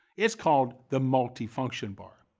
it's called the multi-function bar.